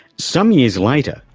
some years later,